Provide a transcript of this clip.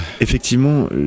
Effectivement